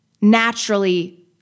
naturally